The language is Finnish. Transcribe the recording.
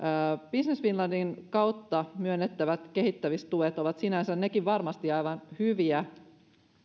business finlandin kautta myönnettävät kehittämistuet ovat sinänsä varmasti aivan hyviä